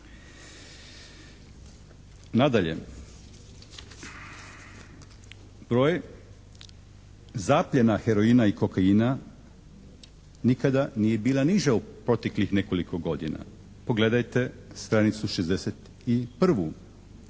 Nadalje, broj zapljena heroina i kokaina nikada nije bila niža u proteklih nekoliko godina. Pogledajte stranicu 61.